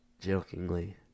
jokingly